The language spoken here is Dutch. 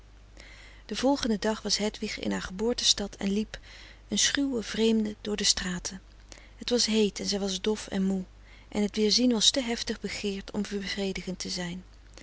den volgenden dag was hedwig in haar geboortestad en liep een schuwe vreemde door de straten het was heet en zij was dof en moe en het weerzien was te heftig begeerd om bevredigend te zijn